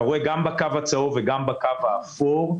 אתה רואה גם בקו הצהוב וגם בקו האפור,